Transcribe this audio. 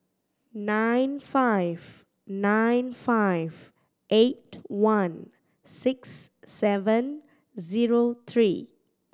nine five nine five eight one six seven zero three